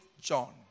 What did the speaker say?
John